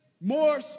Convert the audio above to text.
more